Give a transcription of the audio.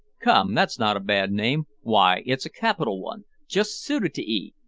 come, that's not a bad name why, it's a capital one. just suited to ee.